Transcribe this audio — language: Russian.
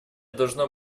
должно